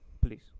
please